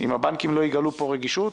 אם הבנקים לא יגלו פה רגישות,